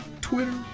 Twitter